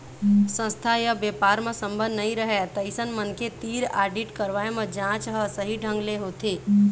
संस्था य बेपार म संबंध नइ रहय तइसन मनखे तीर आडिट करवाए म जांच ह सही ढंग ले होथे